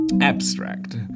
abstract